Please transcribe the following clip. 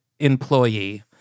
employee